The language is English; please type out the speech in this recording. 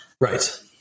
Right